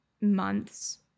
months